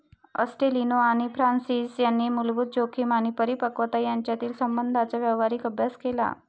ॲस्टेलिनो आणि फ्रान्सिस यांनी मूलभूत जोखीम आणि परिपक्वता यांच्यातील संबंधांचा व्यावहारिक अभ्यास केला